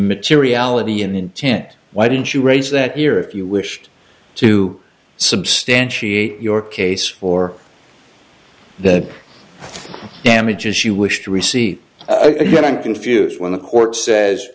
materiality in intent why didn't you raise that here if you wished to substantiate your case for the damages you wish to receive again i'm confused when the court says